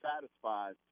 satisfied